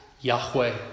Yahweh